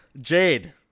Jade